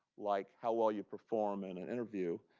like how well you perform in an interview,